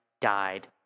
died